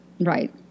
right